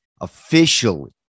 officially